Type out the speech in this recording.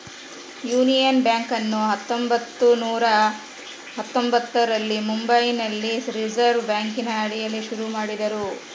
union ಬ್ಯಾಂಕನ್ನು ಹತ್ತೊಂಭತ್ತು ನೂರ ಹತ್ತೊಂಭತ್ತರಲ್ಲಿ ಮುಂಬೈನಲ್ಲಿ ರಿಸೆರ್ವೆ ಬ್ಯಾಂಕಿನ ಅಡಿಯಲ್ಲಿ ಶುರು ಮಾಡಿದರು